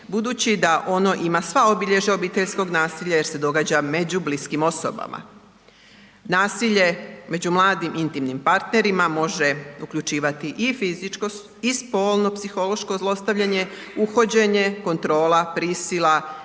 budući da ono ima sva obilježja obiteljskog nasilja jer se događa među bliskim osobama. Nasilje među mladim intimnim partnerima može uključivati i fizičko i spolno psihološko zlostavljanje, uhođenje, kontrola, prisila